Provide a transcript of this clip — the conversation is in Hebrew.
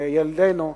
לילדינו,